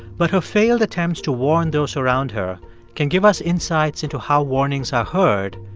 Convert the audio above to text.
but her failed attempts to warn those around her can give us insights into how warnings are heard,